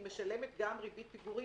היא משלמת גם ריבית פיגורים,